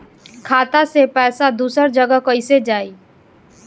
खाता से पैसा दूसर जगह कईसे जाई?